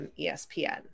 espn